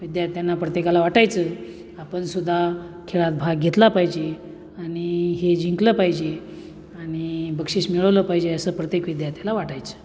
विद्यार्थ्यांना प्रत्येकाला वाटायचं आपणसुद्दा खेळात भाग घेतला पाहिजे आणि हे जिंकलं पाहिजे आणि बक्षीस मिळवलं पाहिजे असं प्रत्येक विद्यार्थीला वाटायचं